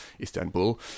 Istanbul